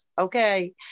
Okay